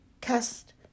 cast